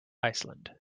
iceland